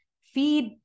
feed